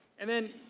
and then,